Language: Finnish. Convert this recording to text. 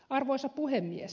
arvoisa puhemies